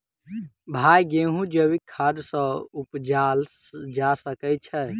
भाई गेंहूँ जैविक खाद सँ उपजाल जा सकै छैय?